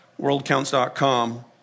worldcounts.com